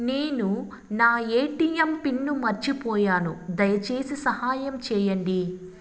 నేను నా ATM pin మర్చిపోయాను, దయచేసి సహాయం చేయండి